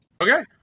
Okay